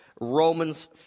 Romans